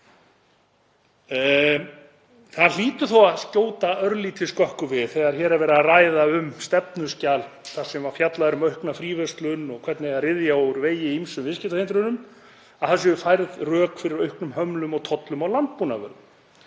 Það hlýtur þó að skjóta örlítið skökku við þegar hér er verið að ræða um stefnuskjal þar sem fjallað er um aukna fríverslun, og hvernig ryðja eigi úr vegi ýmsum viðskiptahindrunum, að færð séu rök fyrir auknum hömlum og tollum á landbúnaðarvörur.